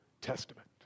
Testament